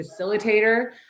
facilitator